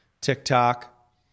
TikTok